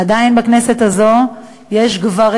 עדיין בכנסת הזאת יש גברים